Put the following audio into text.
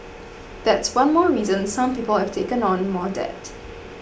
that's one more reason some people have taken on more debt